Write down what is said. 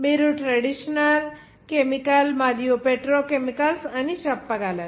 మీరు traditional chemical మరియు petrochemicals అని చెప్పగలరు